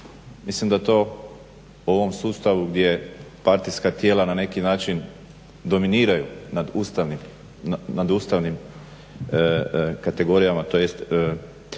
mislim da to u ovom sustavu gdje partijska tijela na neki način dominiraju nad ustavnim kategorijama tj.